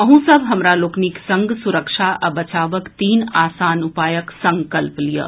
अहूँ सब हमरा लोकनिक संग सुरक्षा आ बचावक तीन आसान उपायक संकल्प लियऽ